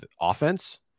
offense